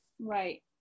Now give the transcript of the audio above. Right